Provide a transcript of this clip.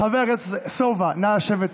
חבר הכנסת סובה, נא לשבת.